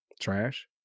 trash